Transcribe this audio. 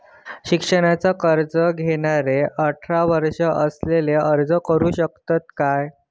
शिक्षणाचा कर्ज घेणारो अठरा वर्ष असलेलो अर्ज करू शकता काय?